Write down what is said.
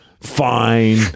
Fine